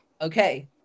Okay